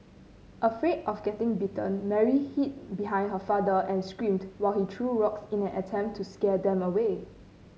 afraid of getting bitten Mary hid behind her father and screamed while he threw rocks in an attempt to scare them away